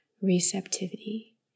receptivity